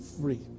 Free